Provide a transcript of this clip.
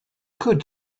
could